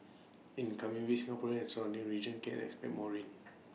in the coming weeks Singapore and surrounding region can expect more rain